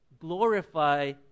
Glorify